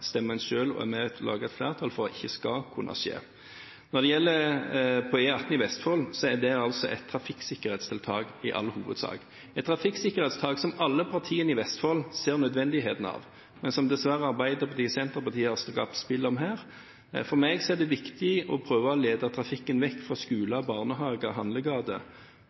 stemmer en selv for og er med på å lage et flertall for at ikke skal kunne skje. Når det gjelder E18 i Vestfold, er det et trafikksikkerhetstiltak i all hovedsak, et trafikksikkerhetstiltak som alle partiene i Vestfold ser nødvendigheten av, men som dessverre Arbeiderpartiet og Senterpartiet har skapt spill om her. For meg er det viktig å prøve å lede trafikken vekk